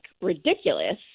ridiculous